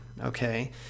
okay